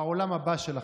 בעולם הבא שלכם.